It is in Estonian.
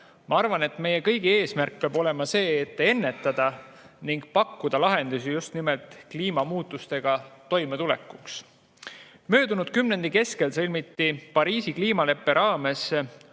Ma arvan, et meie kõigi eesmärk peab olema see, et pakkuda lahendusi just nimelt kliimamuutustega toimetulekuks. Möödunud kümnendi keskel sõlmiti Pariisi kliimaleppe raames